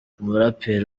umuraperi